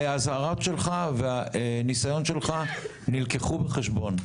האזהרות שלך והניסיון שלך נלקחו בחשבון.